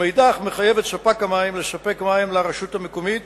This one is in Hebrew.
ומאידך מחייב את ספק המים לספק מים לרשות המקומית,